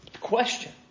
Question